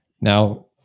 Now